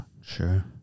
Sure